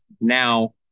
now